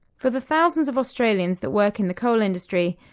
for the thousands of australians that work in the coal industry,